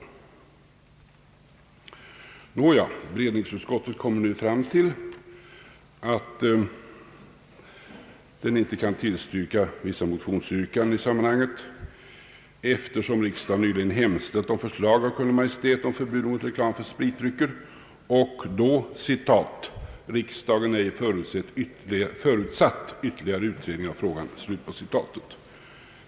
Allmänna beredningsutskottet kommer fram till att det inte kan tillstyrka vissa motionsyrkanden i sammanhanget, eftersom riksdagen nyligen hemställt om förslag av Kungl. Maj:t till förbud mot reklam för spritdrycker och då »riksdagen ej förutsatt ytterligare utredning av frågan».